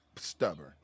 Stubborn